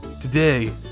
Today